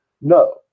No